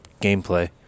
gameplay